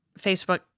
Facebook